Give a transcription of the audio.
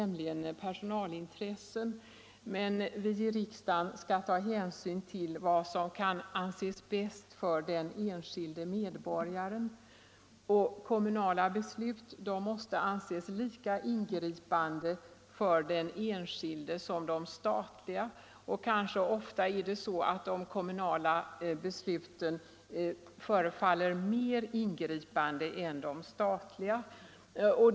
Men vi i riksdagen skall ta hänsyn till vad som kan anses bäst för den enskilde medborgaren, och kommunala beslut måste anses lika ingripande för den enskilde som statliga beslut. Ofta är det kanske så att de kommunala besluten förefaller mer ingripande för den enskilde medborgaren än de statliga.